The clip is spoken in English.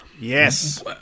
Yes